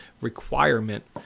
requirement